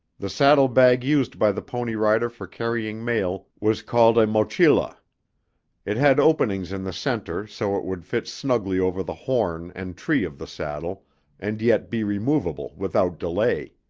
the saddle-bag used by the pony rider for carrying mail was called a mochila it had openings in the center so it would fit snugly over the horn and tree of the saddle and yet be removable without delay.